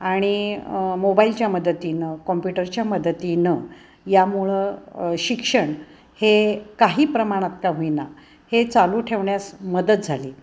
आणि मोबाईलच्या मदतीनं कॉम्प्युटर्सच्या मदतीनं यामुळं शिक्षण हे काही प्रमाणात का होईना हे चालू ठेवण्यास मदत झाली